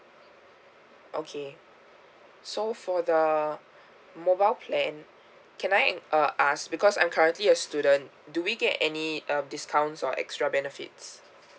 okay so for the mobile plan can I en~ uh ask because I'm currently a student do we get any uh discounts or extra benefits